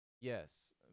Yes